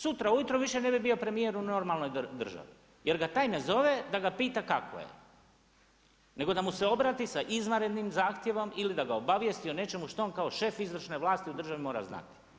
Sutra ujutro više ne bi bio premijer u normalnoj državi jer ga taj ne zove da ga pita kako je nego da mu se obrati sa izvanrednim zahtjevom ili da ga obavijesti o nečemu što on kao šef izvršne vlasti u državi mora znati.